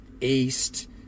east